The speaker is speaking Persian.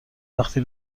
وقتی